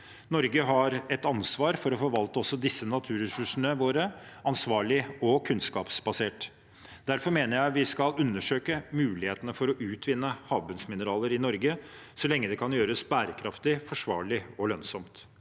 Norge har et ansvar for å forvalte også disse naturressursene ansvarlig og kunnskapsbasert. Derfor mener jeg vi skal undersøke mulighetene for å utvinne havbunnsmineraler i Norge, så lenge det kan gjøres bærekraftig, forsvarlig og lønnsomt.